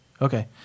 Okay